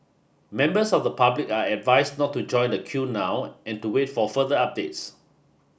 members of the public are advised not to join the queue now and to wait for further updates